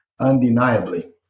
undeniably